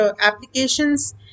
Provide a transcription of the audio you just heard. applications